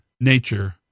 nature